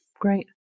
great